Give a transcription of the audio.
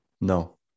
No